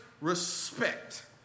respect